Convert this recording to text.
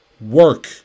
work